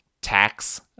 tax